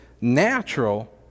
natural